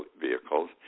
vehicles